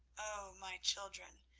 oh, my children,